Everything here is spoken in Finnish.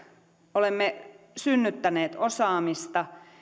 olemme synnyttäneet osaamista